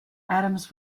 adams